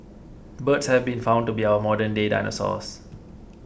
birds have been found to be our modern day dinosaurs